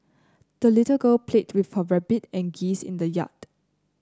the little girl played with her rabbit and geese in the yard